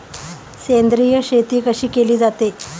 सेंद्रिय शेती कशी केली जाते?